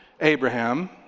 Abraham